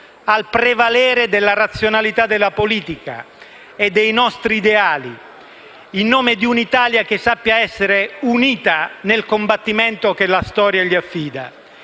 al prevalere della razionalità della politica e dei nostri ideali, in nome di una Italia che sappia essere unita nel combattimento che la storia gli affida.